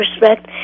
respect